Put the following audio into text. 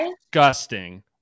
Disgusting